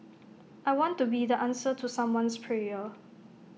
I want to be the answer to someone's prayer